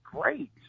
great